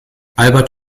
albert